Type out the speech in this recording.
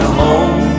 home